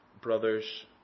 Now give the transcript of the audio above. brothers